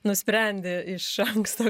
nusprendė iš anksto